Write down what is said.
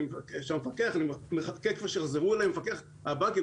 אני מחכה שיחזרו אלי מהמפקח על הבנקים.